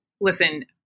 Listen